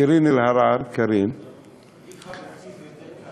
קארין אלהרר, תגיד חברתי, זה יותר קל.